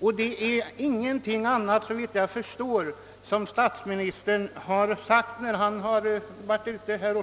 Och såvitt jag förstår har statsministern, när han